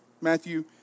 Matthew